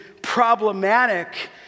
problematic